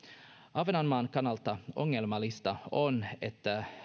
ahvenanmaan kannalta ongelmallista on että